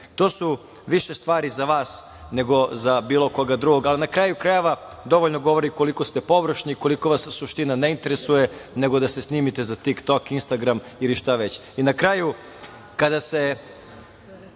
to su više stvari za vas nego za bilo koga drugog, ali na kraju krajeva, dovoljno govori koliko ste površni, koliko vas suština ne interesuje, nego da se snimite za „TikTok“, „Instagram“ ili šta već. Na kraju, kada se